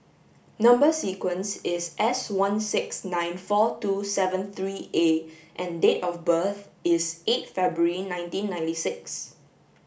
number sequence is S one six nine four two seven three A and date of birth is eight February nineteen ninety six